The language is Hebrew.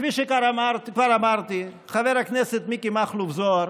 כפי שכבר אמרתי, חבר הכנסת מיקי מכלוף זוהר